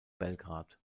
belgrad